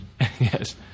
Yes